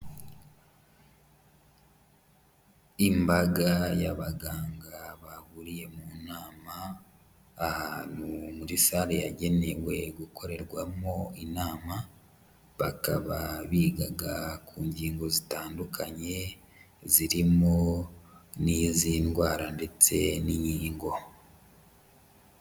Imbaga y'abaganga bahuriye mu nama ahantu muri sale yagenewe gukorerwamo inama, bakaba bigaga ku ngingo zitandukanye zirimo n'iz'indwara ndetse n'inkingo.